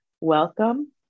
welcome